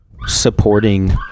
supporting